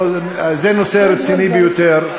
זה נושא רציני ביותר.